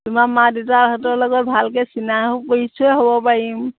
তোমাৰ মা দেউতাহঁতৰ লগত ভালকৈ চিনা পৰিচয় হ'ব পাৰিম